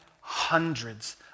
hundreds